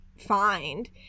find